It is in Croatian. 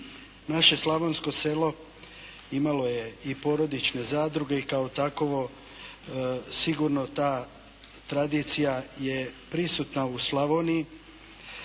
Naše slavonsko selo imalo je i porodične zadruge i kao takovo sigurno ta tradicija je prisutna u Slavoniji,